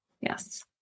Yes